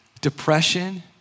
depression